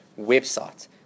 website